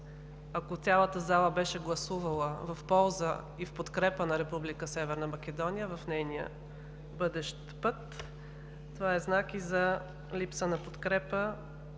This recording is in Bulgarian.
ако цялата зала беше гласувала в полза и в подкрепа на Република Северна Македония в нейния бъдещ път, това е знак и за липса на подкрепа